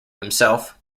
himself